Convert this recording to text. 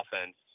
offense